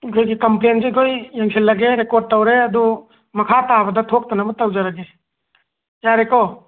ꯑꯩꯈꯣꯏꯒꯤ ꯀꯝꯄ꯭ꯂꯦꯟꯁꯦ ꯑꯩꯈꯣꯏ ꯌꯦꯡꯁꯤꯜꯂꯒꯦ ꯔꯦꯀꯣꯔ ꯇꯧꯔꯦ ꯑꯗꯨ ꯃꯈꯥ ꯇꯥꯕꯗ ꯊꯣꯛꯇꯅꯕ ꯇꯧꯖꯔꯒꯦ ꯌꯥꯔꯦꯀꯣ